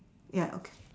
ya okay